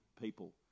people